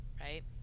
Right